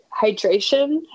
hydration